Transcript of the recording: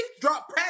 drop